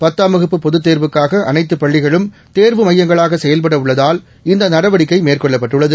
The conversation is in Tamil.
பத்தாம் வகுப்பு பொதுத்தேர்வுக்காக அனைத்து பள்ளிகளும் தேர்வு மையங்களாக செயல்பட உள்ளதால் இந்த நடவடிக்கை மேற்கொள்ளப்பட்டுள்ளது